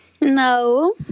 No